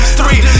three